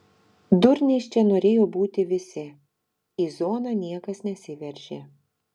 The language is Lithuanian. durniais čia norėjo būti visi į zoną niekas nesiveržė